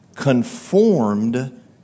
conformed